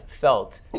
felt